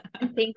Thank